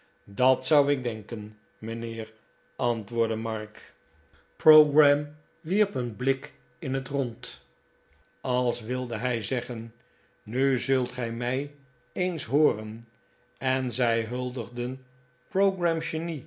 dat zou ik denken mijnheer antwoordde mark pogram wierp een blik in het rond als wilde hij zeggen nu zult gij mij eens hooren en zij huldigden pogram's